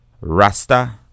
Rasta